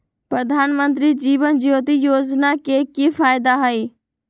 प्रधानमंत्री जीवन ज्योति योजना के की फायदा हई?